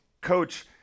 coach